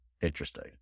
interesting